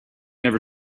never